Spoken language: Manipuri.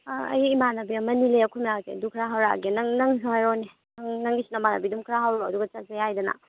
ꯑꯩ ꯏꯃꯥꯟꯅꯕꯤ ꯑꯃ ꯑꯅꯤ ꯂꯩ ꯑꯩꯈꯣꯏ ꯃꯅꯥꯛꯇꯒꯤ ꯑꯗꯨ ꯈꯔ ꯍꯧꯔꯛꯑꯒꯦ ꯅꯪ ꯅꯪꯁꯨ ꯍꯥꯏꯔꯛꯑꯣꯅꯦ ꯅꯪ ꯅꯪꯒꯤꯁꯨ ꯅꯃꯥꯟꯅꯕꯤ ꯑꯗꯨꯝ ꯈꯔ ꯍꯧꯔꯛꯑꯣ ꯑꯗꯨꯒ ꯆꯠꯁꯦ ꯍꯥꯏꯗꯅ